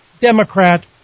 Democrat